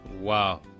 Wow